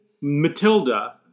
Matilda